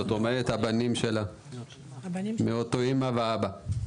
זאת אומרת הבנים מאותה אימא ואבא,